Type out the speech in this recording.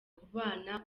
kubana